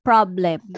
Problem